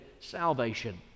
salvation